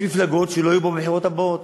יש מפלגות שלא יהיו פה בבחירות הבאות,